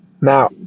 Now